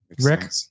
Rick